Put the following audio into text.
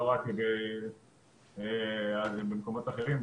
לא רק מקומות אחרים.